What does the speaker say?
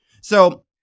So-